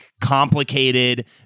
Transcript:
complicated